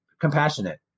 compassionate